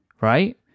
right